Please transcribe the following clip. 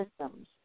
systems